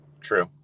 True